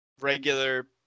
regular